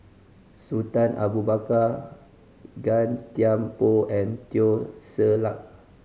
Sultan Abu Bakar Gan Thiam Poh and Teo Ser Luck